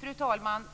Fru talman!